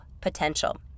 potential